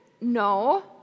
No